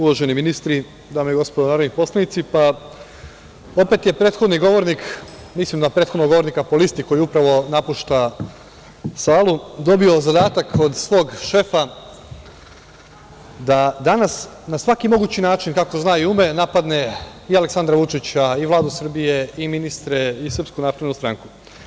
Uvaženi ministri, dame i gospodo narodni poslanici, opet je prethodni govornik, mislim na prethodnog govornika po listi, koji upravo napušta salu, dobio zadatak od svog šefa da danas na svaki mogući način, kako zna i ume, napadne i Aleksandra Vučića i Vladu Srbije i ministre i SNS.